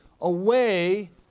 away